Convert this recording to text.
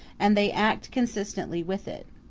and they act consistently with it.